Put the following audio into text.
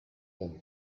den